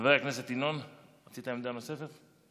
חבר הכנסת ינון, רצית עמדה נוספת?